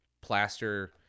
plaster